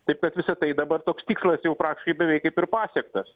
taip kad visa tai dabar toks tikslas jau praktiškai beveik kaip ir pasiektas